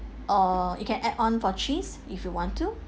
or you can add-on for cheese if you want to